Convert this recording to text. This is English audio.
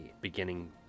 beginning